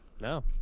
No